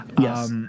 Yes